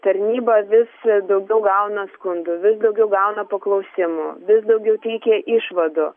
tarnyba vis daugiau gauna skundų vis daugiau gauna paklausimų vis daugiau teikia išvadų